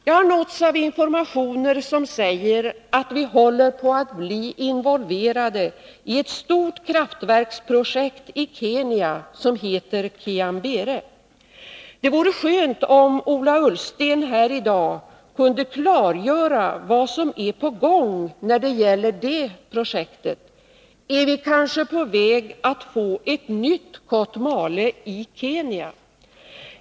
Jag har nåtts av 165 informationer som säger att vi håller på att bli involverade i ett stort kraftverksprojekt i Kenya som heter Kiambére. Det vore skönt om Ola Ullsten här i dag kunde klargöra vad som är på gång när det gäller det projektet. Är vi kanske på väg att i Kenya få en nytt Kotmale?